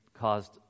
caused